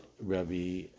Rabbi